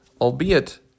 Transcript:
albeit